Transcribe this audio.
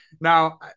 Now